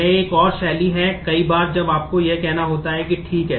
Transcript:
यह एक और शैली है कि कई बार जब आपको यह कहना होता है कि ठीक है